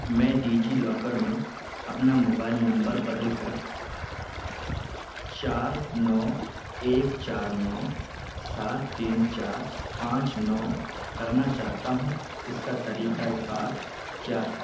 میں DigiLocker میں اپنا موبائل نمبر بدل کر چار نو ایک چار نو سات تین چار پانچ نو کرنا چاہتا ہوں اس کا طریقۂ کار کیا ہے